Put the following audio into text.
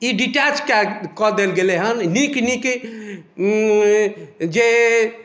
ई detach कए कऽ देल गेलै हेँ नीक नीक जे